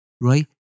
right